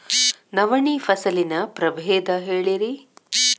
ನವಣಿ ಫಸಲಿನ ಪ್ರಭೇದ ಹೇಳಿರಿ